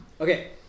Okay